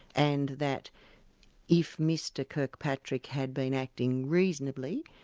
and that if mr kirkpatrick had been acting reasonably,